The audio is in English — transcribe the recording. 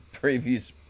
previous